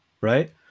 right